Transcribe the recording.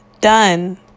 done